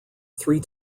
three